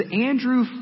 Andrew